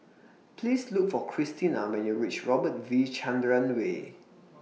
Please Look For Cristina when YOU REACH Robert V Chandran Way